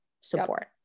support